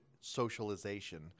socialization